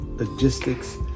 Logistics